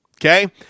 Okay